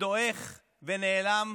ודועך ונעלם